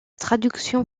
traduction